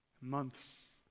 months